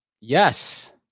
Yes